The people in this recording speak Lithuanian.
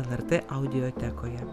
lrt audiotekoje